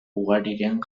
ugariren